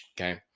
Okay